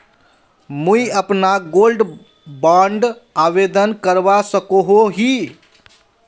मुई अपना gold bond आवेदन करवा सकोहो ही?